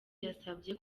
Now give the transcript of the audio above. yasabye